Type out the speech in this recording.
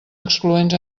excloents